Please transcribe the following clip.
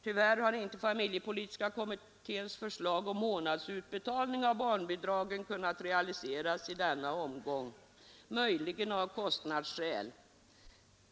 Tyvärr har inte familjepolitiska kommitténs förslag om månadsutbetalning av barnbidragen kunnat realiseras i denna omgång, möjligen av kostnadsskäl.